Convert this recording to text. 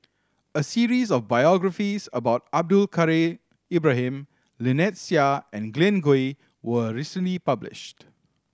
a series of biographies about Abdul Kadir Ibrahim Lynnette Seah and Glen Goei was recently published